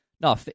No